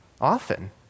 Often